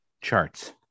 charts